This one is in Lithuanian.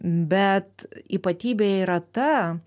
bet ypatybė yra ta